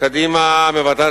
כנסת